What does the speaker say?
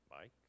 Mike